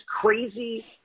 crazy